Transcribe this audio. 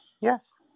Yes